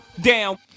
down